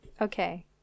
Okay